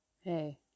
hey